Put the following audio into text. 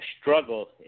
struggle